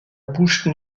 bouche